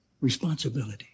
Responsibility